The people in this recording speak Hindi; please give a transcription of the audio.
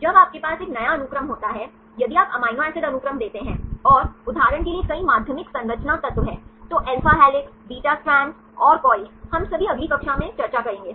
जब आपके पास एक नया अनुक्रम होता है यदि आप अमीनो एसिड अनुक्रम देते हैं और उदाहरण के लिए कई माध्यमिक संरचना तत्व हैं तो अल्फा हेलिक्स बीटा स्ट्रैंड और कॉइल्स और हम सभी अगली कक्षा में सही चर्चा करेंगे